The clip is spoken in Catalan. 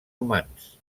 humans